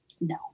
No